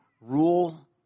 rule